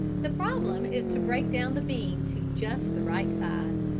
the problem is to break down the bean to just the right size.